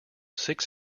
six